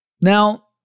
Now